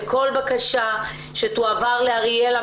לכל בקשה שתועבר לאריאלה,